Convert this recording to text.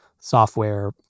software